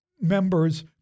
members